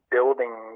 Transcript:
building